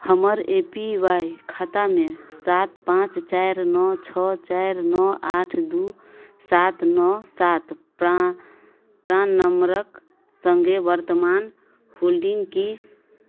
हमर A P Y खातामे सात पाँच चारि नओ छओ चारि नओ आठ दुइ सात नओ सात प्रा प्राण नम्बरके सङ्गे वर्तमान होल्डिन्ग कि